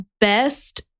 best